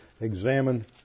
examine